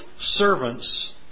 servants